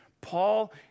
Paul